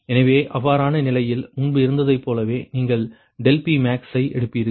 எனவே அவ்வாறான நிலையில் முன்பு இருந்ததைப் போலவே நீங்கள் ∆Pmax ஐ எடுப்பீர்கள்